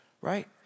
right